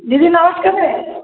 ଦିଦି ନମସ୍କାର